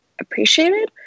appreciated